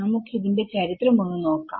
നമുക്ക് ഇതിന്റെ ചരിത്രം ഒന്ന് നോക്കാം